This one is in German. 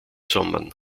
sommern